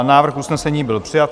Návrh usnesení byl přijat.